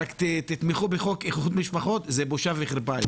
רק תתמכו בחוק איחוד משפחות זה בושה וחרפה,